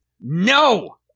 No